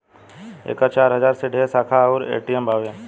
एकर चार हजार से ढेरे शाखा अउर ए.टी.एम बावे